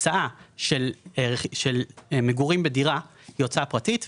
הוצאה של מגורים בדירה היא הוצאה פרטית,